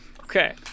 Okay